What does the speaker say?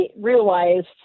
realized